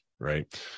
right